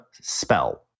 spell